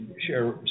share